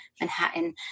Manhattan